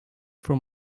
from